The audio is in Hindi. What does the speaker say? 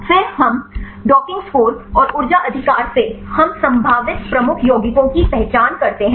फिर हम डॉकिंग स्कोर और ऊर्जा अधिकार से हम संभावित प्रमुख यौगिकों की पहचान करते हैं